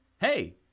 hey